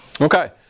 Okay